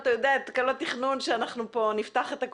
זה לא אותו הדבר.